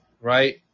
right